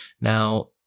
now